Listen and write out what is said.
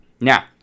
Now